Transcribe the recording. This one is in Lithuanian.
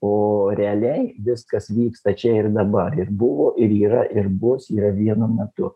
o realiai viskas vyksta čia ir dabar ir buvo ir yra ir bus yra vienu metu